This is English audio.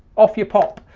off you pop.